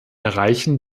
erreichen